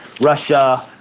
Russia